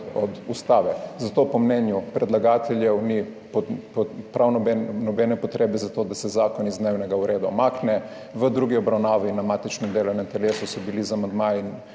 od ustave. Zato po mnenju predlagateljev ni prav nobene potrebe za to, da se zakon z dnevnega reda umakne. V drugi obravnavi na matičnem delovnem telesu so bile z amandmaji